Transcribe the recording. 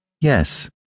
Yes